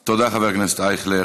תודה, חבר הכנסת אייכלר.